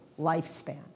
lifespan